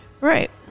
Right